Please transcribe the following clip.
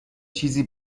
چیزی